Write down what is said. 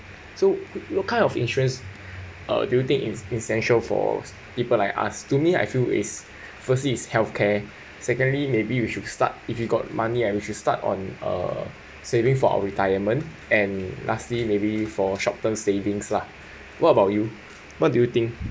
so what kind of insurance uh do you think is essential for people like us to me I feel is firstly is healthcare secondly maybe you should start if you got money ah start on a saving for our retirement and lastly maybe for short term savings lah what about you what do you think